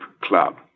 club